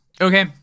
Okay